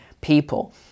people